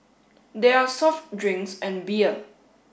there are soft drinks and beer